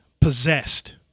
possessed